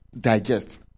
digest